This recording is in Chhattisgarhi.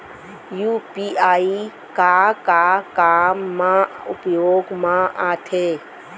यू.पी.आई का का काम मा उपयोग मा आथे?